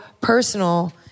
personal